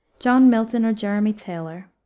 john milton or jeremy taylor,